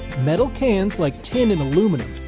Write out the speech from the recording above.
metal cans like tin and aluminum,